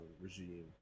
regime